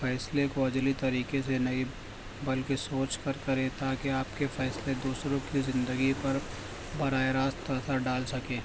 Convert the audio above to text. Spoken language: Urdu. فیصلے کو ازلی طریقے سے نئی بلکہ سوچ کر کرے تا کہ آپ کے فیصلے دوسروں کی زندگی پر براہِ راست اثر ڈال سکیں